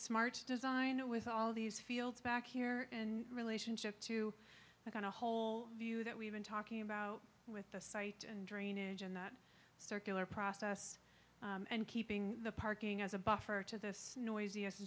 smart design with all these fields back here in relationship to the going to whole view that we've been talking about with the site and drainage in that circular process and keeping the parking as a buffer to this noisiest